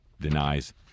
denies